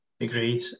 Agreed